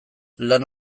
lan